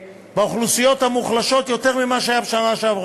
באוכלוסיות המוחלשות יותר ממה שהיה בשנה שעברה.